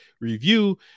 review